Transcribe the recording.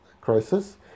crisis